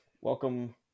welcome